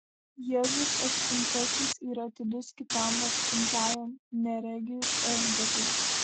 jėzus atstumtasis yra atidus kitam atstumtajam neregiui elgetai